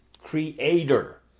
Creator